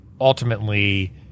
ultimately